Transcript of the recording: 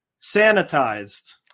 Sanitized